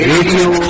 Radio